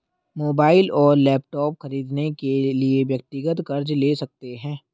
mobile और laptop खरीदने के लिए व्यक्तिगत कर्ज ले सकते है